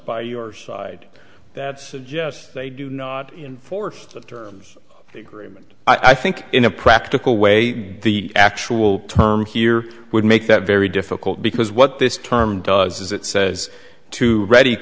by your side that suggests they do not enforce the terms agreement i think in a practical way the actual term here would make that very difficult because what this term does is it says to reddy